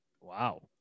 Wow